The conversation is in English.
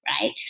right